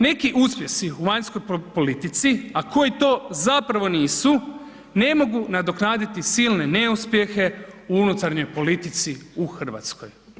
Neki uspjesi u vanjskoj politici, a koji to zapravo nisu ne mogu nadoknaditi silne neuspjehe u unutarnjoj politici u Hrvatskoj.